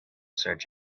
search